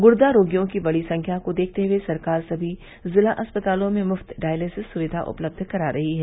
गुर्दा रोगियों की बढ़ी संख्या को देखते हुये सरकार समी जिला अस्पतालों में मुफ्त डायलिसिस सुविधा उपलब्ध करा रही है